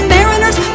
Mariner's